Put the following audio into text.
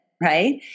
right